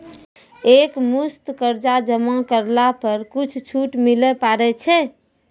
एक मुस्त कर्जा जमा करला पर कुछ छुट मिले पारे छै?